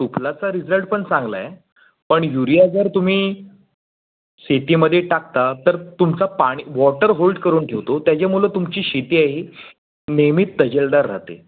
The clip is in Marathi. सुफलाचा रिजल्ट पण चांगला आहे पण युरिया जर तुम्ही शेतीमध्ये टाकता तर तुमचा पाणी वॉटर होल्ट करून ठेवतो त्याच्यामुळं तुमची शेती आहे ही नेहमीच तजेलदार राहते